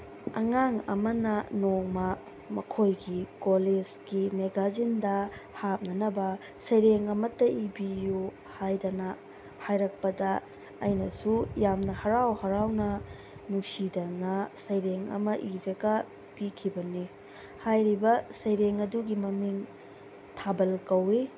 ꯑꯉꯥꯡ ꯑꯃꯅ ꯅꯣꯡꯃ ꯃꯈꯣꯏꯒꯤ ꯀꯣꯂꯦꯖꯀꯤ ꯃꯦꯒꯥꯖꯤꯟꯗ ꯍꯥꯞꯅꯅꯕ ꯁꯩꯔꯦꯡ ꯑꯃꯠꯇ ꯏꯕꯤꯌꯨ ꯍꯥꯏꯗꯅ ꯍꯥꯏꯔꯛꯄꯗ ꯑꯩꯅꯁꯨ ꯌꯥꯝꯅ ꯍꯔꯥꯎ ꯍꯔꯥꯎꯅ ꯅꯨꯡꯁꯤꯗꯅ ꯁꯩꯔꯦꯡ ꯑꯃ ꯏꯔꯒ ꯄꯤꯈꯤꯕꯅꯤ ꯍꯥꯏꯔꯤꯕ ꯁꯩꯔꯦꯡ ꯑꯗꯨꯒꯤ ꯃꯃꯤꯡ ꯊꯥꯕꯜ ꯀꯧꯏ